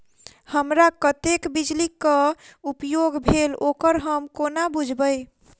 हमरा कत्तेक बिजली कऽ उपयोग भेल ओकर हम कोना बुझबै?